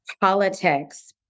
Politics